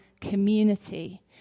community